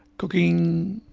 cooking,